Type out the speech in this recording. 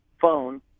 phone